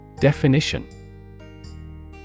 Definition